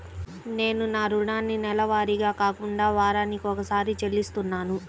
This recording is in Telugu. నేను నా రుణాన్ని నెలవారీగా కాకుండా వారానికోసారి చెల్లిస్తున్నాను